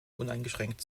uneingeschränkt